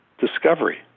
discovery